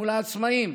מול העצמאים,